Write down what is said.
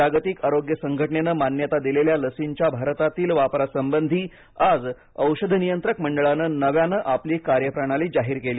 जागतिक आरोग्य संघटनेनं मान्यता दिलेल्या लसींच्या भारतातील वापरासंबंधी आज औषध नियंत्रक मंडळानं नव्यानं आपली कार्यप्रणाली जाहीर केली